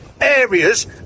areas